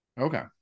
Okay